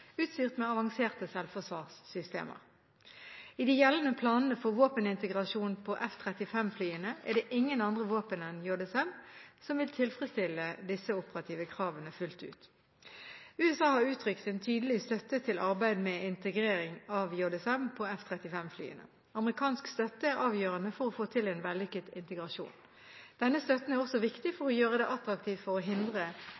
utstyrt med avanserte selvforsvarssystemer. I de gjeldende planene for våpenintegrasjon på F-35-flyene er det ingen andre våpen enn JSM som vil tilfredsstille disse operative kravene fullt ut. USA har uttrykt en tydelig støtte til arbeidet med integrering av JSM på F-35-flyene. Amerikansk støtte er avgjørende for å få til en vellykket integrasjon. Denne støtten er også viktig